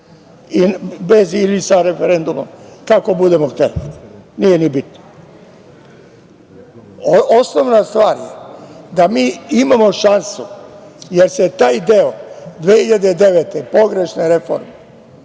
bez ili sa referendumom, kako budemo hteli, nije ni bitno. Osnovna stvar, da mi imamo šansu jer se taj deo 2009. godine, pogrešne reforme,